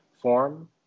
form